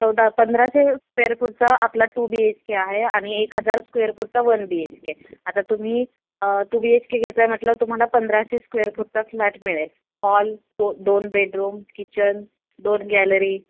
चौदा पंधराशे स्क्वेअर फूटचा आपला टू बी एच के आहे आणि एक हजार स्क्वेअर फूटचा वन बीएचके आता तुम्ही टू बी एच के घेताय म्हटल्यावर तुम्हाला पंधराशे स्क्वेअर फुटचा फ्लॅट मिळेल हॉल दो दोन बेडरूम किचन दोन गॅलरी